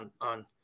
on